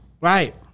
Right